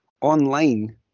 online